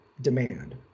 demand